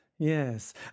Yes